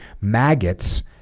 Maggots